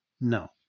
No